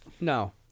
No